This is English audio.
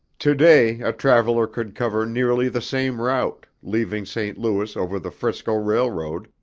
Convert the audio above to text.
today a traveler could cover nearly the same route, leaving st. louis over the frisco railroad,